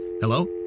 Hello